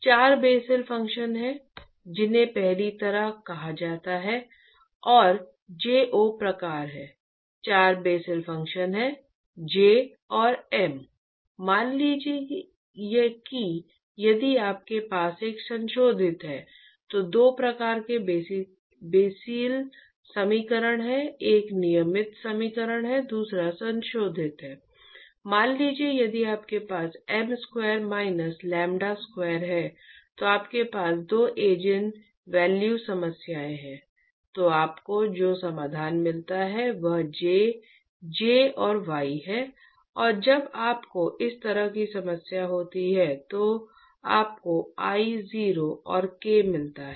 चार Bessel function हैं जिन्हें पहली तरह कहा जाता है और J 0 प्रकार है चार बेसेल फ़ंक्शन हैं J और Y मान लीजिए कि यदि आपके पास एक संशोधित है तो 2 प्रकार के बेसेल समीकरण है एक नियमित समीकरण है दूसरा संशोधित है मान लीजिए यदि आपके पास m square minus lambda square है तो आपके पास दो ईजिन वैल्यू समस्याएं हैं तो आपको जो समाधान मिलता है वह J J और Y है और जब आपको इस तरह की समस्या होती है तो आपको I0 और k मिलता है